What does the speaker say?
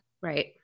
Right